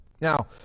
now